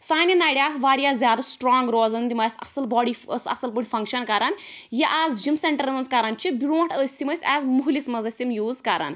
سانہ نَڑٕ آسہٕ واریاہ زیادٕ سٹرانٛگ روزان تِم آسہٕ اصٕل باڈی ٲسۍ اصٕل پٲٹھۍ فَنٛکشَن کران یہِ آز جِم سیٚنٹرن مَنٛز کران چھِ برٛونٛٹھ ٲسۍ تِم أسۍ ایز مُہلِس مَنٛز ٲسۍ تِم یوٗز کران